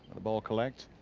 ball, collect.